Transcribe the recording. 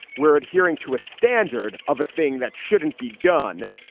we're adhering to a standard of a thing that shouldn't be done.